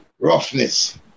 roughness